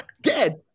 Dead